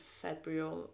February